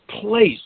place